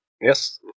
Yes